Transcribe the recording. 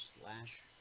slash